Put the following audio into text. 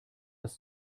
das